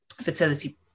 fertility